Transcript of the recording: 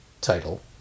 title